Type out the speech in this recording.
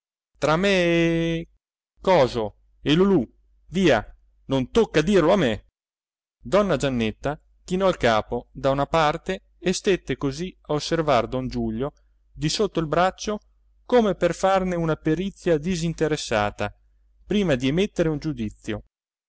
tra me e coso e lulù via non tocca a dirlo a me donna giannetta chinò il capo da una parte e stette così a osservar don giulio di sotto il braccio come per farne una perizia disinteressata prima di emettere un giudizio